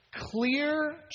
clear